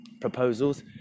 proposals